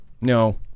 no